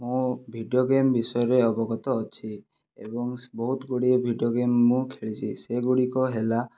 ମୁଁ video game ବିଷୟରେ ଅବଗତ ଅଛି ଏବଂ ବହୁତ ଗୁଡ଼ିଏ ଭିଡ଼ିଓ ଗେମ୍ ମୁଁ ଖେଳିଛି ସେଗୁଡ଼ିକ ହେଲା